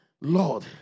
Lord